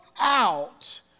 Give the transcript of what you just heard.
out